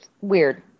weird